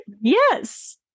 Yes